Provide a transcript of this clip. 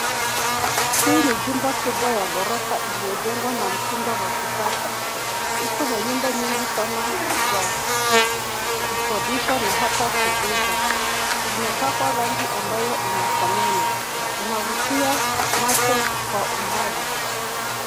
Hii ni jumba kubwa ya ghorofa iliyojengwa na mtindo wa kisasa. Iko na nyumba nyingi sana za kukodisha na hata kuuza. Zimepakwa rangi ambayo inafanana, zinavutia macho kwa umbali.